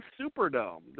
Superdome